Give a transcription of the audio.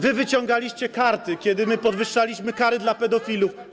Wy wyciągaliście karty, kiedy my podwyższaliśmy kary dla pedofilów.